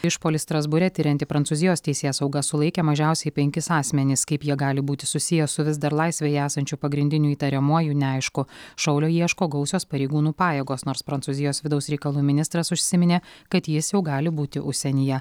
išpuolį strasbūre tirianti prancūzijos teisėsauga sulaikė mažiausiai penkis asmenis kaip jie gali būti susiję su vis dar laisvėje esančiu pagrindiniu įtariamuoju neaišku šaulio ieško gausios pareigūnų pajėgos nors prancūzijos vidaus reikalų ministras užsiminė kad jis jau gali būti užsienyje